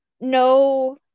no